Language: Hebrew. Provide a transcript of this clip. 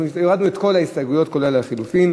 זהו, הורדנו את כל ההסתייגויות כולל הלחלופין.